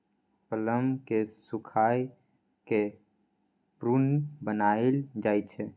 plum केँ सुखाए कए प्रुन बनाएल जाइ छै